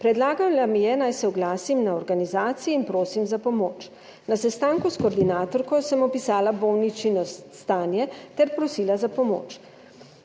Predlagala mi je, naj se oglasim na organizaciji in prosim za pomoč. Na sestanku s koordinatorko sem opisala bolničino stanje ter prosila za pomoč,